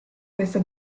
questa